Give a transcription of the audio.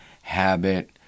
habit